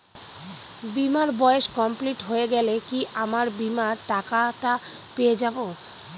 বীমার বয়স কমপ্লিট হয়ে গেলে কি আমার বীমার টাকা টা পেয়ে যাবো?